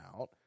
out